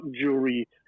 jewelry